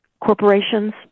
corporations